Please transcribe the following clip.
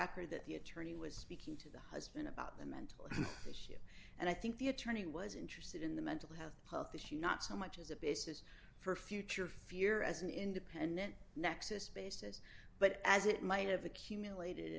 record that the attorney was speak the husband about the mental issue and i think the attorney was interested in the mental health issue not so much as a basis for future fear as an independent nexus basis but as it might have accumulated